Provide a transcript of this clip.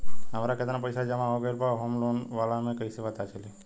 हमार केतना पईसा जमा हो गएल बा होम लोन वाला मे कइसे पता चली?